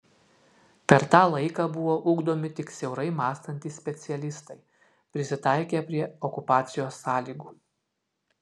per tą laiką buvo ugdomi tik siaurai mąstantys specialistai prisitaikę prie okupacijos sąlygų